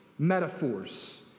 metaphors